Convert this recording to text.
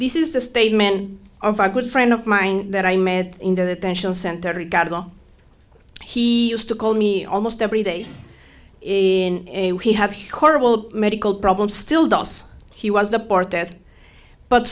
this is the statement of a good friend of mine that i met in the national center got to go he used to call me almost every day in he have horrible medical problems still dos he was the part that but